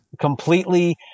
completely